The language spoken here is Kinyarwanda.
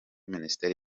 minisiteri